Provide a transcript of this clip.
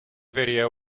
video